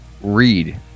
read